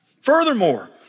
Furthermore